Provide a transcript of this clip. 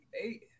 eight